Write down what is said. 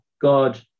God